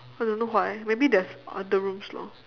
I don't know why maybe there's other rooms lor